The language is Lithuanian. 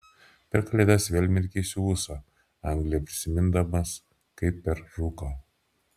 per kalėdas vėl mirkysiu ūsą angliją prisimindamas kaip per rūką